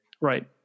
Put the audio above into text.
Right